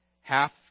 Half